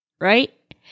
Right